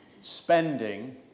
spending